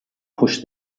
pushed